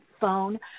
phone